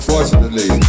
unfortunately